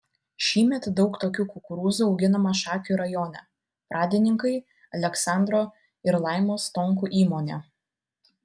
šįmet daug tokių kukurūzų auginama šakių rajone pradininkai aleksandro ir laimos stonkų įmonė